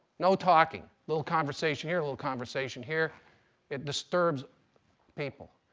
no talking. little conversation here, little conversation here it disturbs people.